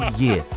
yeah.